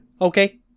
Okay